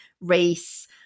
race